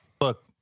Look